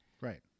Right